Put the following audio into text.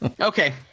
Okay